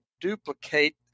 duplicate